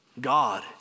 God